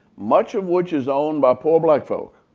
much of which is owned by poor black folk,